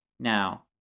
Now